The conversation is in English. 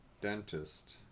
dentist